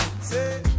say